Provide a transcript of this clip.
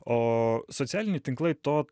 o socialiniai tinklai to